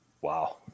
Wow